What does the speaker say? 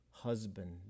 Husband